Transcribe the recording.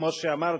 כמו שאמרתי,